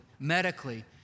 Medically